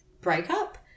breakup